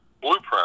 blueprint